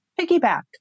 piggyback